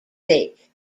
sake